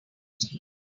regime